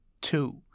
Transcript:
Two